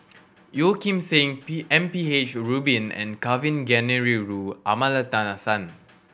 Yeo Kim Seng P M P H Rubin and Kavignareru Amallathasan